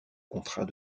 contrat